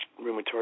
rheumatoid